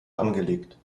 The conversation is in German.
angelegt